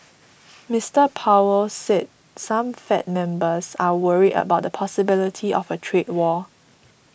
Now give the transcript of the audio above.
Mister Powell say some Fed members are worried about the possibility of a trade war